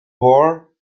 war